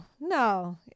no